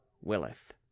willeth